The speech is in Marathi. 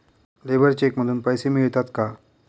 लेबर चेक मधून पैसे मिळतात का?